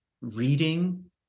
reading